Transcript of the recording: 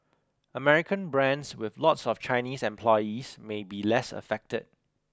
American brands with lots of Chinese employees may be less affected